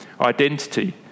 identity